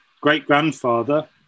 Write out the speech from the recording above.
great-grandfather